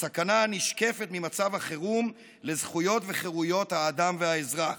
בסכנה הנשקפת ממצב החירום לזכויות והחירויות של האדם והאזרח.